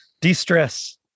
de-stress